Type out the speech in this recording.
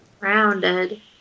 Rounded